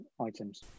items